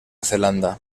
zelanda